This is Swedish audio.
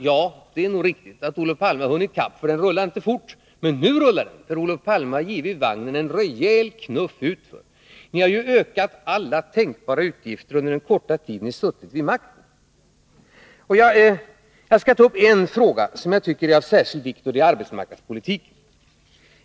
Ja, det är nog riktigt att Olof Palme har hunnit ifatt den, för den rullar inte fort. Men nu rullar den, sedan Olof Palme har givit vagnen en rejäl knuff utför! Ni har ju ökat alla tänkbara utgifter under den korta tid ni suttit vid makten. Jag skall ta upp en fråga som jag tycker är av särskild vikt, nämligen arbetmarknadspolitiken.